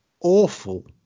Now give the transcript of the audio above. awful